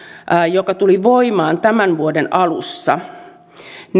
joka tuli voimaan tämän vuoden alussa